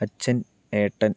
അച്ഛൻ ഏട്ടൻ